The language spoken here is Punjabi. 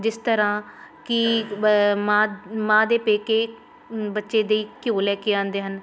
ਜਿਸ ਤਰ੍ਹਾਂ ਕਿ ਬ ਮਾਂ ਮਾਂ ਦੇ ਪੇਕੇ ਬੱਚੇ ਦੇ ਘਿਓ ਲੈ ਕੇ ਆਉਂਦੇ ਹਨ